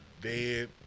Dead